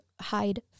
hide